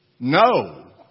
No